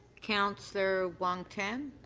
councillor wong-tam.